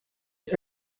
die